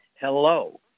Hello